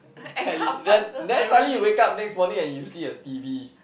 telly then then suddenly you wake up next morning and you see a t_v